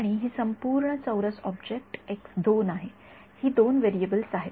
आणि ही संपूर्ण चौरस ऑब्जेक्ट आहे ही दोन व्हेरिएबल्स आहेत